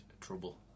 trouble